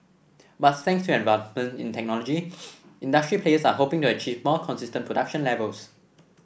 but thanks to advancement in technology industry players are hoping to achieve more consistent production levels